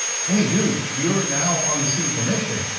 hey dude, you're now on the city commission.